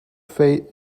fate